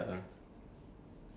what do you enjoy exercising